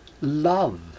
love